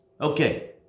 okay